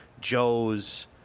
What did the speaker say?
Joe's